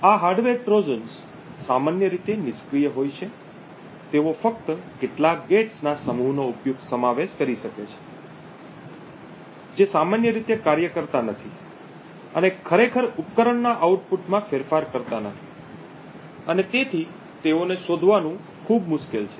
આ hardware Trojan સામાન્ય રીતે નિષ્ક્રીય હોય છે તેઓ ફક્ત કેટલાક ગેટ્સ ના સમૂહનો સમાવેશ કરી શકે છે જે સામાન્ય રીતે કાર્ય કરતા નથી અને ખરેખર ઉપકરણના આઉટપુટમાં ફેરફાર કરતા નથી અને તેથી તેઓને શોધવાનું ખૂબ મુશ્કેલ છે